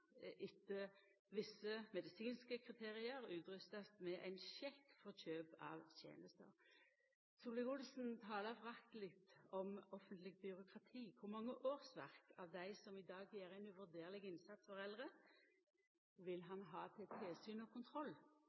etter visse medisinske kriterium utrustast med ein sjekk for kjøp av tenester. Solvik-Olsen talar forakteleg om offentleg byråkrati. Kor mange årsverk av dei som i dag gjer ein uvurderleg innsats for eldre, vil han ha til tilsyn og kontroll?